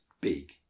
big